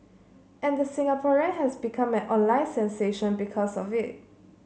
and the Singaporean has become an online sensation because of it